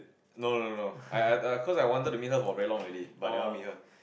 no no no no I I I cause I wanted to meet her for very long already but I never meet her